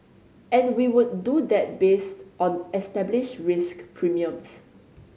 and we would do that based on established risk premiums